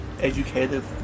educative